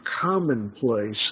commonplace